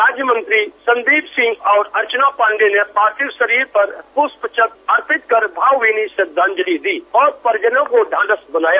राज्य मंत्री संदीप सिंह और अर्चना पाण्डेय ने पार्थिव शरीर पर पुष्पचक्र अर्पित कर भावभीनी श्रद्दांजलि दी और परिजनों को ढांढस बंधाया